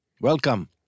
Welcome